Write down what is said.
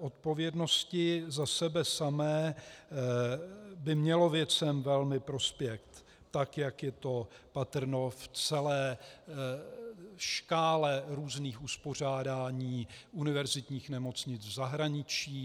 odpovědností za sebe samé by mělo věcem velmi prospět, tak jak je to patrno v celé škále různých uspořádání univerzitních nemocnic v zahraničí.